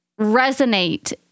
resonate